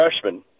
freshman